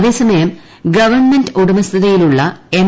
അതേസമയം ഗവൺമെന്റ് ഉടമസ്ഥതയിലുള്ള എം